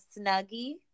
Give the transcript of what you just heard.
Snuggie